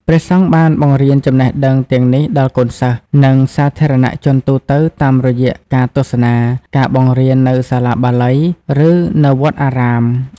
ព្រះសង្ឃបានបង្រៀនចំណេះដឹងទាំងនេះដល់កូនសិស្ស និងសាធារណជនទូទៅតាមរយៈការទេសនា ការបង្រៀននៅសាលាបាលី ឬនៅវត្តអារាម។